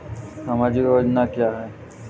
सामाजिक योजना क्या है?